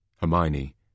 Hermione